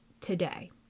today